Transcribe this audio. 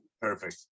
Perfect